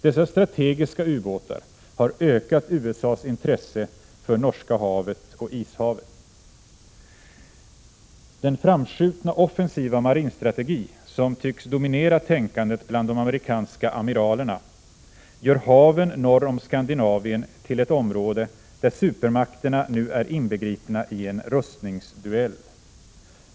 Dessa strategiska ubåtar har ökat USA:s intresse för Norska havet och Ishavet. Den framskjutna offensiva marinstrategi, som tycks dominera tänkandet bland de amerikanska amiralerna, gör haven norr om Skandinavien till ett område där supermakterna nu är inbegripna i en rustningsduell.